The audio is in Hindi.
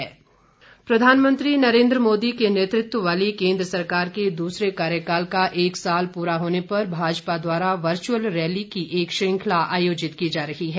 वर्चुअल रैली प्रधानमंत्री नरेन्द्र मोदी के नेतृत्व वाली केंद्र सरकार के दूसरे कार्यकाल का एक साल पूरे होने पर भाजपा द्वारा वर्चुअल रैली की एक श्रृंखला आयोजित की जा रही है